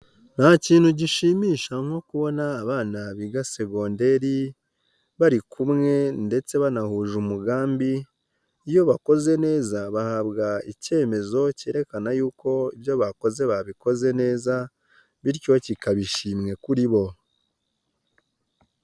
Nta kintu gishimisha nko kubona abana biga segonderi, bari kumwe ndetse banahuje umugambi, iyo bakoze neza bahabwa ikemezo kerekana yuko ibyo bakoze babikoze neza, bityo kikaba ishimwe kuri bo.